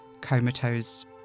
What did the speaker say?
comatose